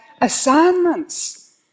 assignments